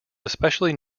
especially